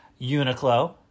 Uniqlo